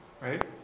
right